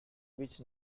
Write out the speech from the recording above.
which